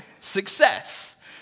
success